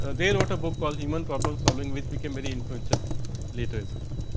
ah they wrote a book call human problem solving, which became very influential later essentially.